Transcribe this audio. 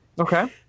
okay